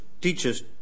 teaches